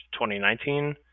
2019